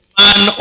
man